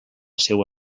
seua